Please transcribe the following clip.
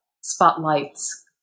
spotlights